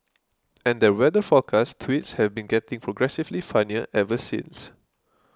and their weather forecast tweets have been getting progressively funnier ever since